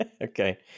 Okay